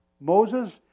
Moses